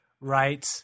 right